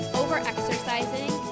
over-exercising